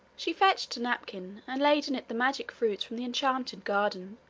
she fetched a napkin and laid in it the magic fruits from the enchanted garden,